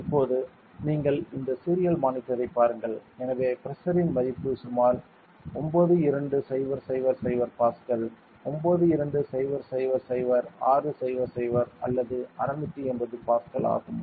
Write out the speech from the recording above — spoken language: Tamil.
இப்போது நீங்கள் இந்த சீரியல் மானிட்டரைப் பாருங்கள் எனவே பிரஷர் இன் மதிப்பு சுமார் 92000 பாஸ்கல் 92000 600 அல்லது 680 பாஸ்கல் ஆகும்